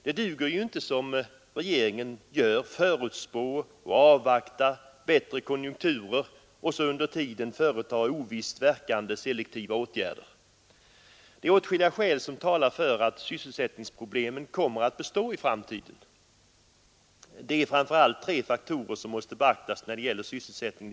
Det duger inte att, som regeringen gör, förutspå och avvakta bättre konjunkturer och under tiden företa ovisst verkande selektiva åtgärder. Åtskilliga skäl talar för att sysselsättningsproblemen kommer att bestå i framtiden. Det är framför allt tre faktorer som måste beaktas när det gäller den framtida sysselsättningen.